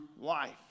life